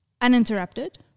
uninterrupted